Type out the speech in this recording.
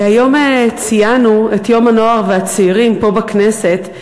היום ציינו את יום הנוער והצעירים פה בכנסת.